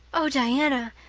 oh, diana,